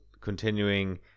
continuing